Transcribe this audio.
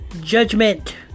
judgment